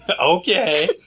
okay